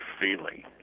feeling